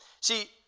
See